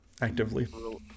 actively